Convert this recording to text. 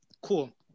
Cool